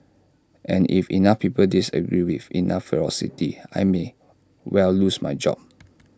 and if enough people disagree with enough ferocity I may well lose my job